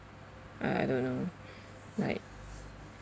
ah I don't know like